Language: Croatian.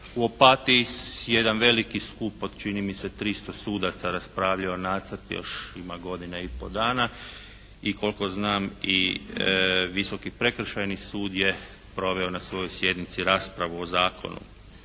u Opatiji jedan veliki skup od čini mi se 300 sudaca raspravljao nacrt još ima godina i po dana i koliko znam i Visoki prekršajni sud je proveo na svojoj sjednici raspravu o zakonu.